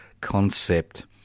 concept